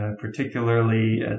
Particularly